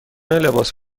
لباس